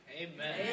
Amen